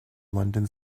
london